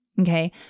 Okay